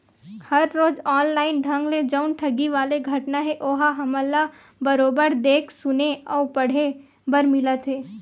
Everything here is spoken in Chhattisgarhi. हर रोज ऑनलाइन ढंग ले जउन ठगी वाले घटना हे ओहा हमन ल बरोबर देख सुने अउ पड़हे बर मिलत हे